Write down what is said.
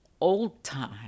old-time